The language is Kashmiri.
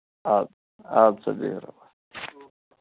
اَدٕ اَدٕ سا بِہِو